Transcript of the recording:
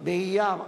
באייר תשע"א,